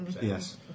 Yes